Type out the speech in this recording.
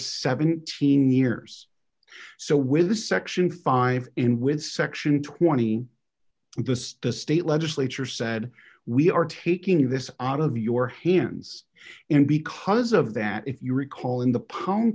seventeen years so with the section five and with section twenty this to state legislature said we are taking this out of your hands and because of that if you recall in the poun